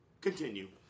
Continue